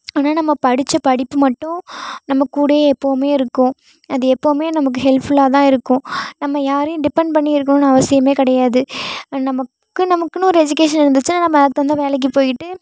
ஆனால் நம்ம படித்த படிப்பு மட்டும் நம்ம கூடயே எப்போதுமே இருக்கும் அது எப்போதுமே நமக்கு ஹெல்ப்ஃபுல்லாக தான் இருக்கும் நம்ம யாரையும் டிபண்ட் பண்ணி இருக்கணும்ன்னு அவசியமே கிடையாது நமக்கு நமக்குன்னு ஒரு எஜுகேஷன் இருந்துச்சுன்னா நம்ம அதுக்கு தகுந்த வேலைக்கு போய்ட்டு